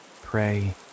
pray